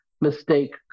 mistake